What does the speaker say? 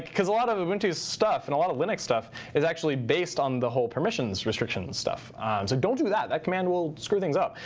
because a lot of ubuntu's stuff and a lot of linux stuff is actually based on the whole permissions restriction stuff. so don't do that. that command will screw things up.